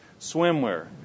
swimwear